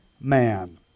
man